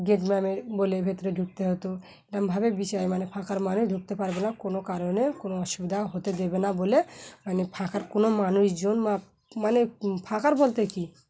gate ম্যামে বলে ভেতরে ঢুকতে হতো এরকমভাবে বিচার মানে ফাঁকার মানুষ ঢুকতে পারবে না কোনো কারণে কোনো অসুবিধা হতে দেবে না বলে মানে ফাঁকার কোনো মানুষজন বা মানে ফাঁকার বলতে কী